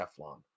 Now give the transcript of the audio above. Teflon